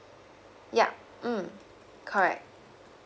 ya mm correct